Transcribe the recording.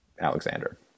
Alexander